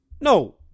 No